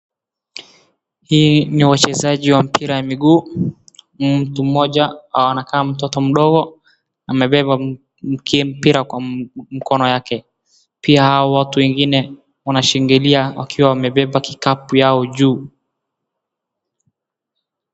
Hii ni wachezaji wa mpira ya miguu. Mtu mmoja anakaa mtoto mdogo amebeba mpira kwa mkono yake. Pia hawa watu wengine wanashangilia wakiwa wamebeba kikapu yao juu.